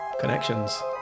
Connections